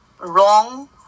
wrong